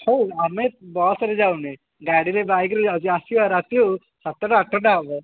ହଉ ଆମେ ବସ୍ରେ ଯାଉନେ ଗାଡ଼ିରେ ବାଇକ୍ରେ ଯାଉଛେ ଆସିବା ରାତି ହଉ ସାତଟା ଆଠଟା ହେବ